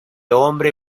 hombre